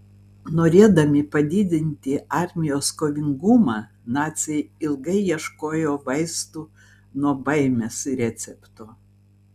norėdami padidinti armijos kovingumą naciai ilgai ieškojo vaistų nuo baimės recepto